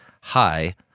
hi